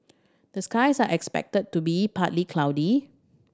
the skies are expected to be partly cloudy